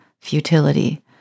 futility